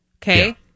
Okay